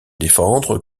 défendre